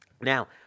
Now